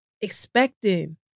expecting